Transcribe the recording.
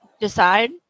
decide